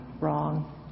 Wrong